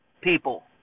people